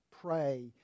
pray